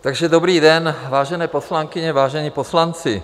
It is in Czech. Takže dobrý den, vážené poslankyně, vážení poslanci.